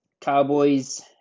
Cowboys